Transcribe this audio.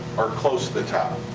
or close to the top,